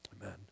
Amen